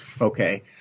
Okay